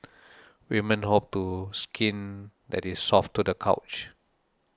women hope to skin that is soft to the couch